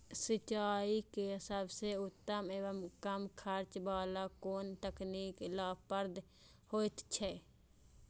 सिंचाई के सबसे उत्तम एवं कम खर्च वाला कोन तकनीक लाभप्रद होयत छै?